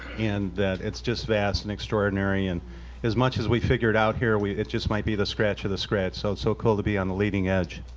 and that it's just vast and extraordinary and as much as we figure it out here we, it just might be the scratch of the scratch. so it's so cool to be on the leading edge.